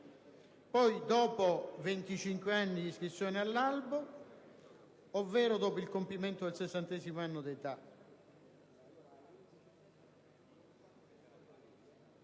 venticinque anni di iscrizione all'albo, ovvero dopo il compimento del sessantesimo anno di età».